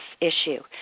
issue